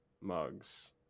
mugs